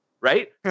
right